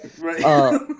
Right